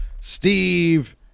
Steve